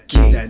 King